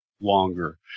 longer